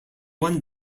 one